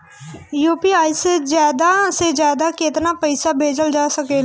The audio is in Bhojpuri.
यू.पी.आई से ज्यादा से ज्यादा केतना पईसा भेजल जा सकेला?